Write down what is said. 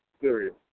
Serious